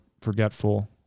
forgetful